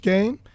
Game